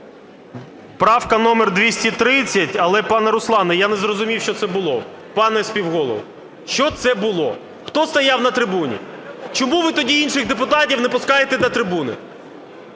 Правка номер 230, але, пане Руслане, я не зрозумів, що це було. Пане співголово, що це було? Хто стояв на трибуні? Чому ви тоді інших депутатів не пускаєте до трибуни?